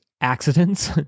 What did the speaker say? accidents